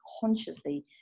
consciously